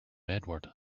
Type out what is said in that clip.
edward